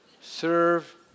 Serve